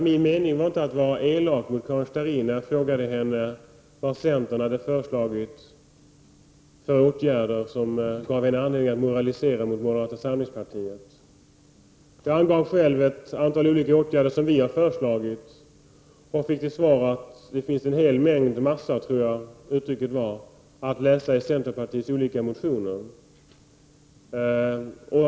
Min mening var inte att vara elak mot Karin Starrin när jag frågade henne vilka åtgärder centern hade föreslagit som gav henne anledning att moralisera över moderata samlingspartiet. Jag angav själv ett antal olika åtgärder som vi har föreslagit och fick till svar att det finns en hel mängd förslag att läsa i centerpartiets olika motioner.